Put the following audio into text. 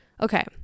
Okay